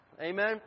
Amen